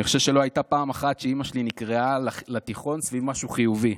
אני חושב שלא הייתה פעם אחת שאימא שלי נקראה לתיכון סביב משהו חיובי.